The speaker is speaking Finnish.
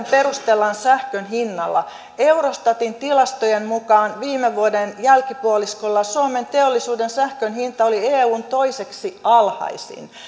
perustellaan sähkön hinnalla eurostatin tilastojen mukaan viime vuoden jälkipuoliskolla suomen teollisuuden sähkön hinta oli eun toiseksi alhaisin